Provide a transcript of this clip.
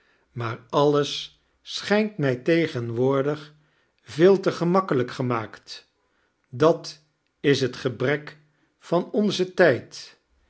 maar alles schijnt mij tegenwoordig veel te gemakkelijk gemaakt dat is het gebrek van onzen tijd